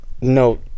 No